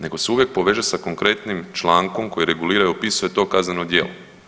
Nego se uvijek poveže sa konkretnim člankom koji reguliraju i opisuje to Kazneno djelo.